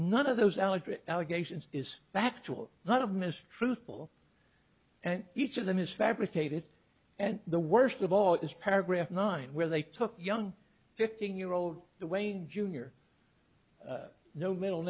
none of those allegations is factual not of mr truthful and each of them is fabricated and the worst of all is paragraph nine where they took young fifteen year old the wayne junior no middle